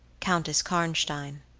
countess karnstein.